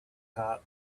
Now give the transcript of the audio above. heart